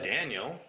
Daniel